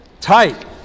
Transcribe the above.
tight